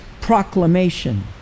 proclamation